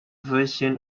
version